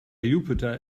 jupiter